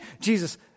Jesus